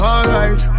Alright